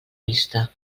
vista